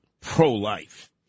pro-life